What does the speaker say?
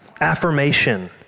affirmation